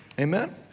Amen